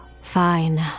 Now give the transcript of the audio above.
Fine